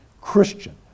Christian